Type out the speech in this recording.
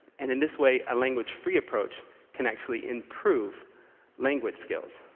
and in this way a language free approach can actually improve language skills.